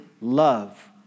love